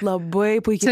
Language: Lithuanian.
labai puikiai